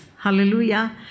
Hallelujah